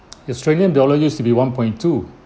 the australian dollar used to be one point two